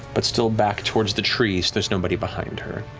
but still back towards the trees. there's nobody behind her.